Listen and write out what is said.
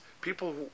People